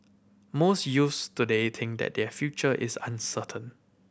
most youths today think that their future is uncertain